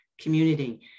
community